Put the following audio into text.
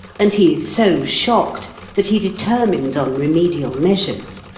and he is so shocked that he determines on remedial measures.